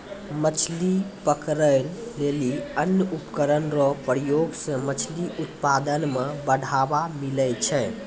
मछली पकड़ै लेली अन्य उपकरण रो प्रयोग से मछली उत्पादन मे बढ़ावा मिलै छै